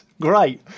Great